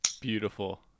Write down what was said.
beautiful